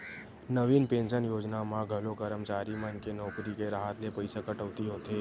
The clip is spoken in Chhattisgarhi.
नवीन पेंसन योजना म घलो करमचारी मन के नउकरी के राहत ले पइसा कटउती होथे